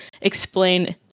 explain